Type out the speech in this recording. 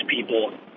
people